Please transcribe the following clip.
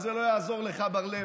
אז זה לא יעזור לך, בר לב.